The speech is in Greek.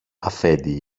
αφέντη